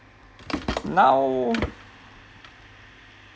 now